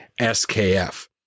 SKF